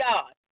God